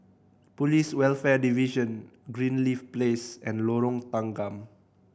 Police Welfare Division Greenleaf Place and Lorong Tanggam